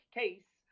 case